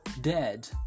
dead